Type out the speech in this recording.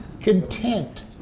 content